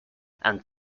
and